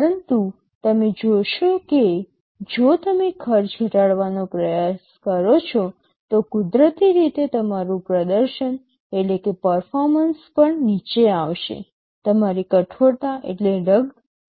પરંતુ તમે જોશો કે જો તમે ખર્ચ ઘટાડવાનો પ્રયાસ કરો છો તો કુદરતી રીતે તમારું પ્રદર્શન પણ નીચે આવશે તમારી કઠોરતા